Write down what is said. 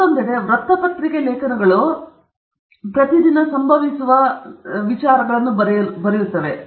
ಮತ್ತೊಂದೆಡೆ ವೃತ್ತಪತ್ರಿಕೆ ಲೇಖನಗಳು ಸಂಭವಿಸುವ ದಿನದ ದಿನಾಚರಣೆಗಳಲ್ಲಿ ಬರೆಯಲ್ಪಟ್ಟಿವೆ